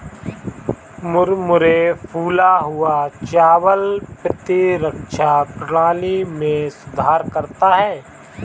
मुरमुरे फूला हुआ चावल प्रतिरक्षा प्रणाली में सुधार करता है